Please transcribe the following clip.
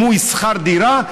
דמוי שכר דירה,